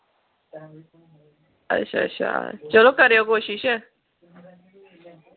अच्छा अच्छा चलो करेओ कोशश